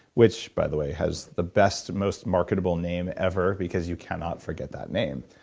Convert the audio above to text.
which by the way, has the best, most marketable name ever, because you cannot forget that name.